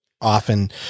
often